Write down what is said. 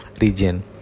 region